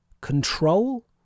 control